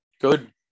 Good